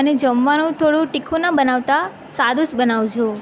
અને જમવાનું થોડું તીખ્ખું ના બનાવતા સાદું જ બનાવજો